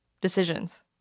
decisions